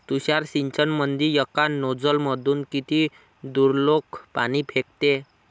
तुषार सिंचनमंदी एका नोजल मधून किती दुरलोक पाणी फेकते?